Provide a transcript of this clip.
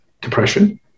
depression